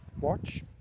watch